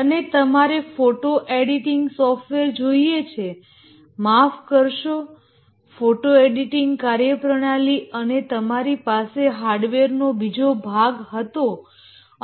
અને તમારે photo editing software જોઈએ છે માફ કરશો ફોટો એડિટિંગ ફંકશનાલીટી અને તમારી પાસે હાર્ડવેરનો બીજો ભાગ હતો